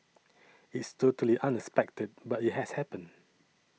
it's totally unexpected but it has happened